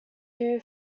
two